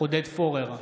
עודד פורר,